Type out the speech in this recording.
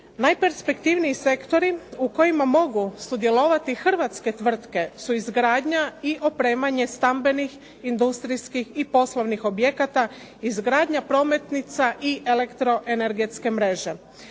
Najperspektivniji sektori u kojima mogu sudjelovati Hrvatske tvrtke su izgradnja i opremanje stambenih industrijskih i poslovnih objekata izgradnja prometnica i elektroenergetske mreže.